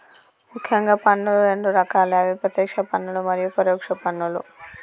ముఖ్యంగా పన్నులు రెండు రకాలే అవి ప్రత్యేక్ష పన్నులు మరియు పరోక్ష పన్నులు